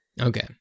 Okay